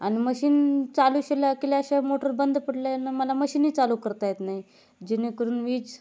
आणि मशीन चालूशल्या केल्याशिवाय मोटर बंद पडल्यानं मला मशीनही चालू करता येत नाही जेणेकरून वीज